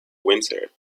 winter